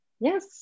Yes